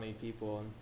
people